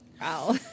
Wow